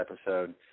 episode